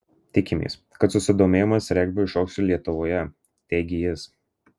tikimės kad susidomėjimas regbiu išaugs ir lietuvoje teigė jis